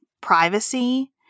privacy